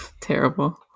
Terrible